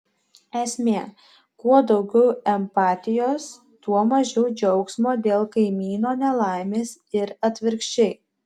esmė kuo daugiau empatijos tuo mažiau džiaugsmo dėl kaimyno nelaimės ir atvirkščiai